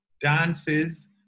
dances